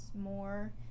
more